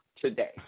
today